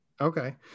okay